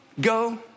Go